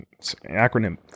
acronym